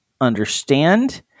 understand